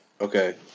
Okay